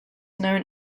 known